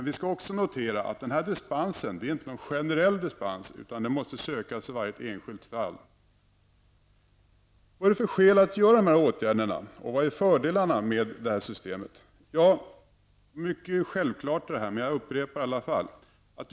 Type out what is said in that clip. Vi skall också notera att dispensen inte skall vara generell utan måste sökas i varje enskilt fall. Vad finns det nu för skäl till dessa åtgärder, och vad är fördelarna med systemet? Mycket är självklart, men jag upprepar det i alla fall.